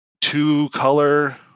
two-color